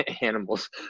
animals